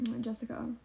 Jessica